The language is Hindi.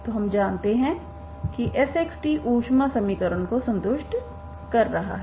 तो हम जानते हैं कि sxt ऊष्मा समीकरण को संतुष्ट कर रहा है